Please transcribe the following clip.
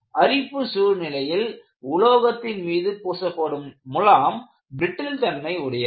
அரிப்பு சூழ்நிலையில் உலோகத்தின் மீது பூசப்படும் முலாம் பிரிட்டில் தன்மை உடையது